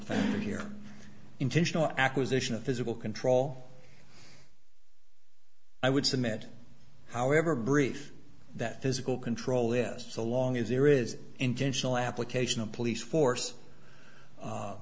factor here intentional acquisition of physical control i would submit however brief that physical control is so long as there is intentional application of police force